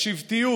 השבטיות,